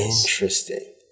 Interesting